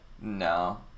no